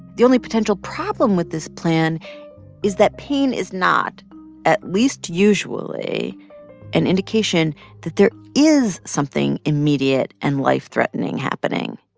the only potential problem with this plan is that pain is not at least, usually an indication that there is something immediate and life-threatening happening.